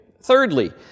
Thirdly